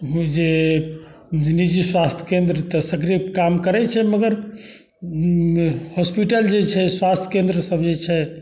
हुँ जे निजी स्वास्थ्य केन्द्र तऽ सगरे काम करै छै मगर हॉस्पिटल जे छै स्वास्थ्य केन्द्रसब जे छै